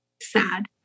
sad